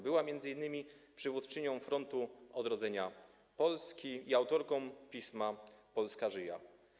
Była m.in. przywódczynią Frontu Odrodzenia Polski i autorką pisma „Polska Żyje”